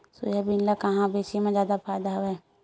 Soybean ल कहां बेचे म जादा फ़ायदा हवय?